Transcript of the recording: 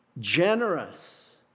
generous